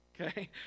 Okay